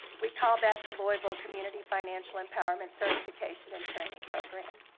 we call that the louisville community financial empowerment certification and training program.